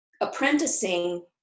apprenticing